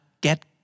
get